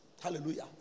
Hallelujah